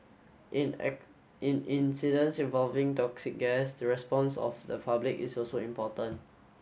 in at in incidents involving toxic gas the response of the public is also important